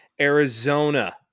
Arizona